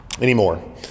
anymore